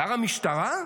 שר המשטרה?